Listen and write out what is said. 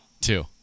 Two